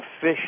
fish